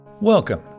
Welcome